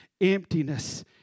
emptiness